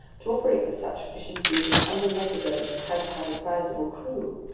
to operate with such efficiency, this underwater boat had to have a sizeable crew,